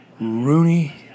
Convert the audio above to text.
Rooney